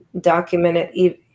documented